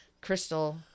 Crystal